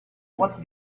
what